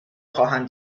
خواهم